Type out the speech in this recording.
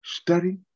Study